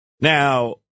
Now